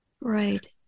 Right